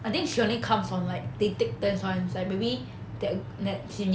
I think she only comes on like they take turns [one] that's why maybe the net~ senior is